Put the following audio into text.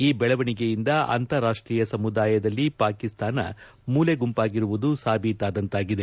ಈ ಬೆಳವಣಿಗೆಯಿಂದ ಅಂತಾರಾಷ್ಷೀಯ ಸಮುದಾಯದಲ್ಲಿ ಪಾಕಿಸ್ತಾನ ಮೂಲೆಗುಂಪಾಗಿರುವುದು ಸಾಬೀತಾದಂತಾಗಿದೆ